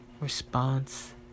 response